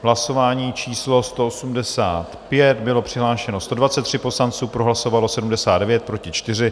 Hlasování číslo 185, bylo přihlášeno 123 poslanců, pro hlasovalo 79, proti 4.